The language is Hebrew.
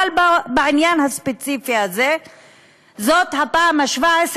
אבל בעניין הספציפי הזה זאת הפעם ה-17,